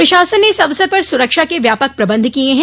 प्रशासन ने इस अवसर पर सुरक्षा के व्यापक प्रबंध किये हैं